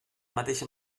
mateixa